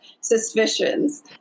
suspicions